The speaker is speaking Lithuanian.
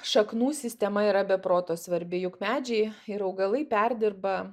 šaknų sistema yra be proto svarbi juk medžiai ir augalai perdirba